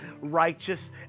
righteous